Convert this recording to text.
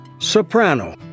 Soprano